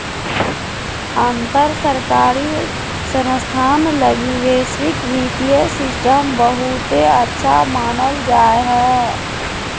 अंतर सरकारी संस्थान लगी वैश्विक वित्तीय सिस्टम बहुते अच्छा मानल जा हय